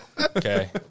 Okay